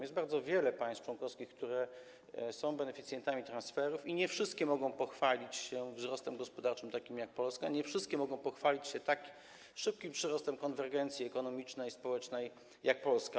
Jest bardzo wiele państw członkowskich, które są beneficjentami transferów, i nie wszystkie mogą pochwalić się wzrostem gospodarczym takim jak Polska, nie wszystkie mogą pochwalić się tak szybkim przyrostem konwergencji ekonomicznej i społecznej jak Polska.